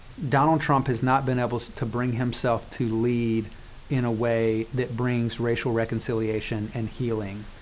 donald trump has not been able to bring himself to lead in a way that brings racial reconciliation and healing,